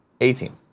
A-Team